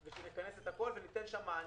נכנס את הכול וניתן שם מענה,